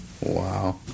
wow